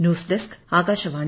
news desk Akashvani